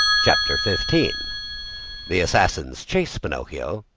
chapter fifteen the assassins chase pinocchio,